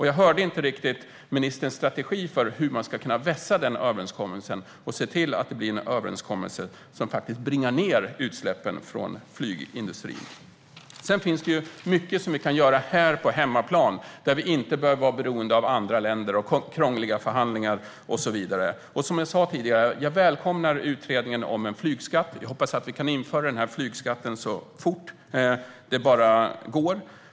Jag hörde inte riktigt ministerns strategi för hur man ska kunna vässa den överenskommelsen och se till att det blir en överenskommelse som bringar ned utsläppen från flygindustrin. Sedan finns det mycket som vi kan göra här på hemmaplan, där vi inte behöver vara beroende av andra länder, krångliga förhandlingar och så vidare. Som jag sa tidigare: Jag välkomnar utredningen om en flygskatt, och jag hoppas att vi kan införa denna skatt så fort det bara går.